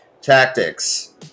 tactics